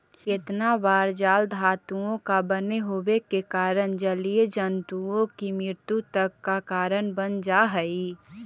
केतना बार जाल धातुओं का बने होवे के कारण जलीय जन्तुओं की मृत्यु तक का कारण बन जा हई